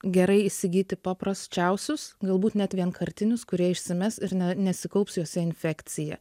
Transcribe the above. gerai įsigyti paprasčiausius galbūt net vienkartinius kurie išsimes ir ne nesikaups juose infekcija